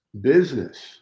Business